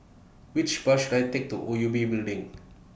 Which Bus should I Take to O U B Building